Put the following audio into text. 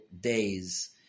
days